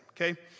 okay